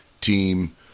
team